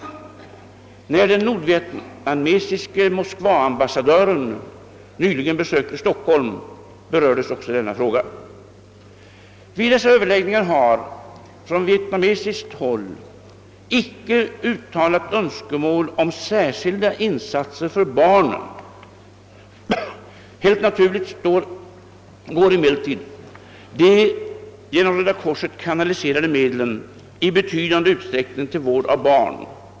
När den nordvietnamesiske moskvaambassadören nyligen besökte Stockholm berördes också denna fråga. Vid dessa överläggningar har från vietnamesiskt håll inte uttalats önskemål om särskilda insatser för barnen. Helt naturligt går emellertid de genom Röda korset kanaliserade medlen i betydande utsträckning till vård av barn.